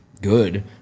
good